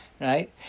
right